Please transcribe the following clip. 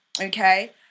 okay